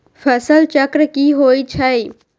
फसल चक्र की होइ छई?